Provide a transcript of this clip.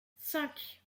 cinq